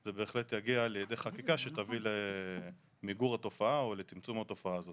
זה בהחלט יגיע לידי חקיקה שתביא למיגור או צמצום התופעה.